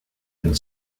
and